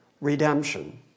redemption